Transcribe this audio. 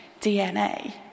DNA